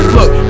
Look